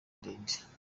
ndende